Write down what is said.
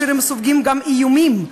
הם סופגים גם איומים,